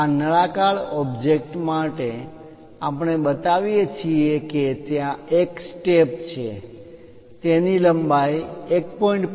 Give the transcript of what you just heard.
આ નળાકાર ઓબ્જેક્ટ માટે આપણે બતાવીએ છીએ કે ત્યાં એક સ્ટેપ છે તેની લંબાઈ 1